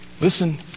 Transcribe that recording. Listen